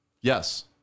Yes